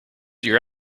your